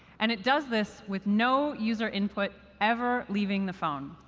and it does this with no user input ever leaving the phone,